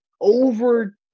over